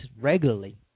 regularly